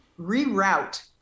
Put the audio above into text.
reroute